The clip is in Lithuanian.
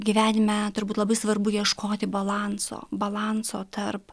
gyvenime turbūt labai svarbu ieškoti balanso balanso tarp